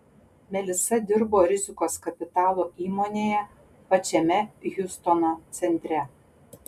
melisa dirbo rizikos kapitalo įmonėje pačiame hjustono centre